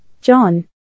John